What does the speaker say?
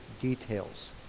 details